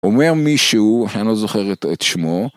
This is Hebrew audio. אומר מישהו, אני לא זוכרת את שמו